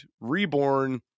reborn